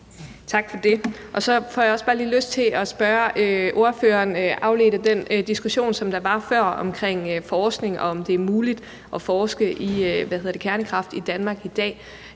Tak for det. Så får jeg også bare lige lyst til at spørge ordføreren – afledt af den diskussion, som der var før, omkring forskning, og om det er muligt at forske i kernekraft i Danmark i dag: